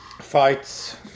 Fights